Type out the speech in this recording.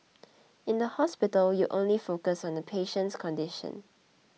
in the hospital you only focus on the patient's condition